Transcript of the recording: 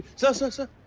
so sir,